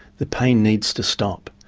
the pain needs to stop,